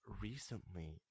Recently